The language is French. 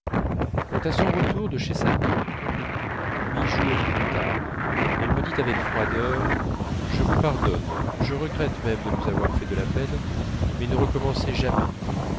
quand à son retour de chez sa tante huit jours plus tard elle me dit avec froideur je vous pardonne je regrette même de vous avoir fait de la peine mais ne recommencez jamais